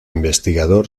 investigador